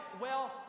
wealth